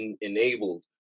enabled